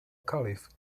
caliph